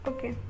Okay